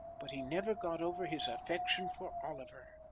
but he never got over his affection for oliver.